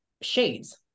shades